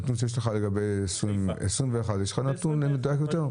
לגבי 2021 יש לך נתון מדויק יותר?